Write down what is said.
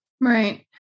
Right